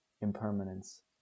impermanence